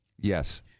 Yes